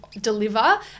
deliver